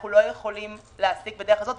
אנחנו לא יכולים להעסיק בדרך הזו,